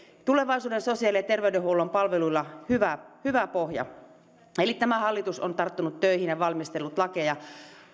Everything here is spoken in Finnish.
tulevaisuuden sosiaali ja terveydenhuollon palveluilla hyvä hyvä pohja eli tämä hallitus on tarttunut töihin ja valmistellut lakeja